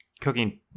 cooking